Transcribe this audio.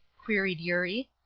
queried eurie.